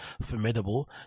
formidable